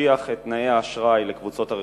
להקשיח את תנאי האשראי לקבוצות הרכישה,